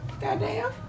Goddamn